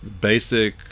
basic